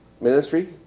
ministry